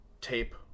tape